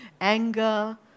Anger